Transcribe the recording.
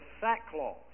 sackcloth